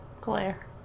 Claire